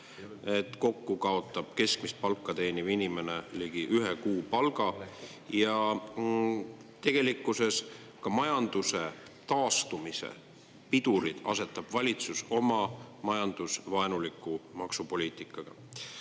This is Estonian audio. et kokku kaotab keskmist palka teeniv inimene ligi ühe kuupalga ja tegelikkuses ka majanduse taastumise pidurid asetab valitsus oma majandusvaenuliku maksupoliitikaga. Kuid